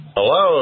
Hello